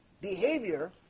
behavior